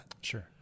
Sure